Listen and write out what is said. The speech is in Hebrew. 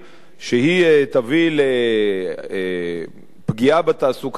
שהיא תביא לפגיעה בתעסוקה במדינת ישראל,